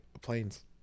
planes